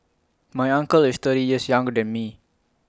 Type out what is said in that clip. my uncle is thirty years younger than me